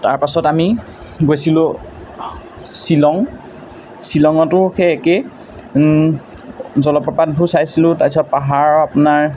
তাৰপাছত আমি গৈছিলোঁ শ্বিলং শ্বিলঙতো সেই একে জলপ্ৰপাতবোৰ চাইছিলোঁ তাৰপিছত পাহাৰৰ আপোনাৰ